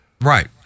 Right